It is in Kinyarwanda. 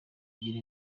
bigira